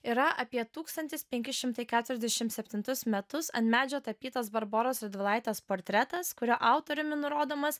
yra apie tūkstantis penki šimtai keturiasdešimt septintus metus ant medžio tapytas barboros radvilaitės portretas kurio autoriumi nurodomas